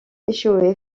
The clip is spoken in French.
échoué